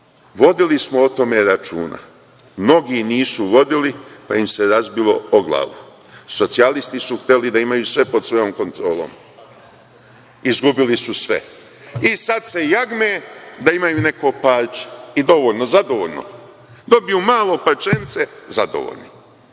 Vodili smo o tome računa. Mnogi nisu vodili, pa im se razbilo o glavu. Socijalisti su hteli da imaju sve pod svojom kontrolom. Izgubili su sve i sad se jagme da imaju neko parče, i dovoljni, zadovoljni. Dobiju malo parčence, zadovoljni. Dosmanlije,